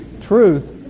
Truth